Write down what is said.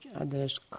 other's